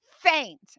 faint